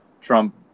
Trump